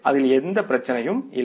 அதில் எந்தப் பிரச்சினையும் இல்லை